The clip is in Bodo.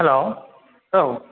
हेलौ औ